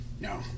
No